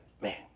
man